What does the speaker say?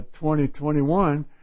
2021